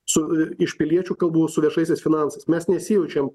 su iš piliečių kalbų su viešaisiais finansais mes nesijaučiam